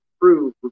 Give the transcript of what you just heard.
Prove